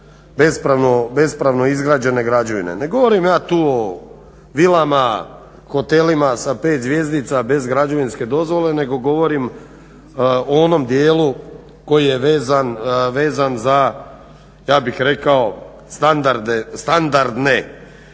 bespravno izgrađene građevine. Ne govorim ja tu o vilama, hotelima sa pet zvjezdica bez građevinske dozvole nego govorim o onom dijelu koji je vezan za ja bih rekao standardne Hrvatice